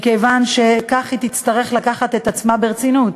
מכיוון שכך היא תצטרך לקחת את עצמה ברצינות.